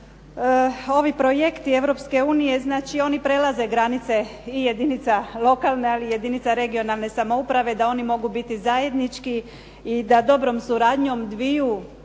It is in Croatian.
unije znači oni prelaze granice i jedinica lokalne, ali i jedinica regionalne samouprave, da oni mogu biti zajednički i da dobrom suradnjom dviju